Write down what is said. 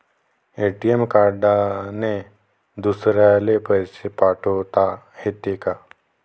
ATM कार्डने दुसऱ्याले पैसे पाठोता येते का?